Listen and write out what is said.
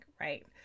right